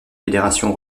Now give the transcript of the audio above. fédérations